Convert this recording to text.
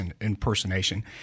impersonation